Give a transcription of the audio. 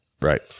right